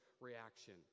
reaction